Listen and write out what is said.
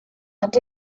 and